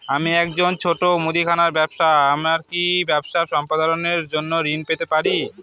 আমি একজন ছোট মুদিখানা ব্যবসাদার আমি কি আমার ব্যবসা সম্প্রসারণের জন্য ঋণ পেতে পারি?